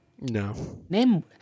No